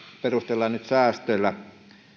perustellaan säästöillä